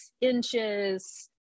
inches